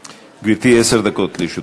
גברתי, עשר דקות לרשותך.